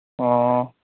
ꯑꯣ